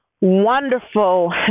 wonderful